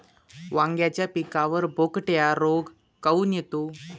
वांग्याच्या पिकावर बोकड्या रोग काऊन येतो?